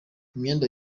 imyenda